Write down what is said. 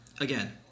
again